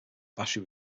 battery